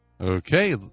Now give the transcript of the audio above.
Okay